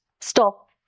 stop